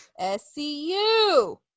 SCU